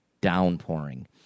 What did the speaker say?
downpouring